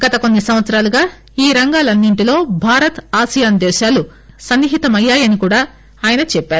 గత కొన్సి సంవత్సరాలుగా ఈ రంగాలన్నింటిలో భారత్ ఆసియాన్ దేశాలు సన్ని హితమయ్యాయని కూడా ఆయన చెప్పారు